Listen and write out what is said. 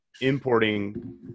importing